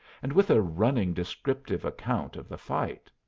and with a running descriptive account of the fight.